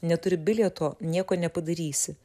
neturi bilieto nieko nepadarysi